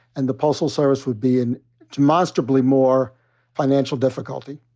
and the postal service would be in demonstrably more financial difficulty.